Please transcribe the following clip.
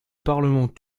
parlement